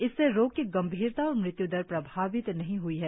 इससे रोग की गंभीरता और मृत्य् दर प्रभावित नहीं हई है